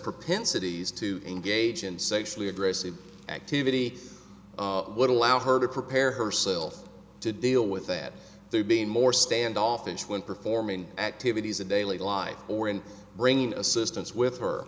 propensities to engage in sexually aggressive activity would allow her to prepare herself to deal with that they would be more standoffish when performing activities of daily life or in bringing assistance with her